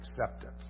acceptance